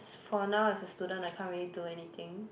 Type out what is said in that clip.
for now as a student I can't really do anything